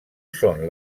són